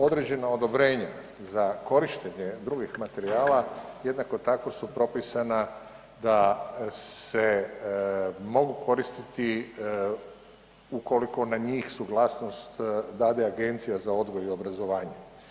Određeno odobrenje za korištenje drugih materijala jednako tako su propisana da se mogu koristiti ukoliko na njih suglasnost dade Agencija za odgoj i obrazovanje.